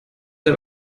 der